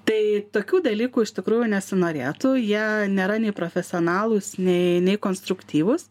tai tokių dalykų iš tikrųjų nesinorėtų jie nėra nei profesionalūs nei nei konstruktyvūs